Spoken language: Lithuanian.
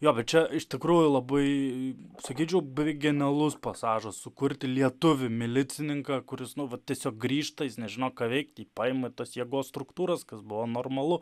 jo bet čia iš tikrųjų labai sakyčiau originalus pasažas sukurti lietuvių milicininką kuris nu vat tiesiog grįžta jis nežino ką veikt jį paima į tas jėgos struktūras kas buvo normalu